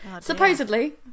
supposedly